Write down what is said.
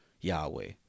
Yahweh